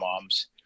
moms